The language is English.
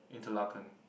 interlocking